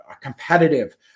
competitive